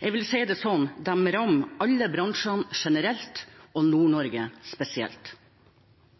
De rammer alle bransjer generelt, og Nord-Norge spesielt. Dette er fortsatt en trist dag for Høyre og